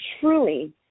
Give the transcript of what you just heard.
truly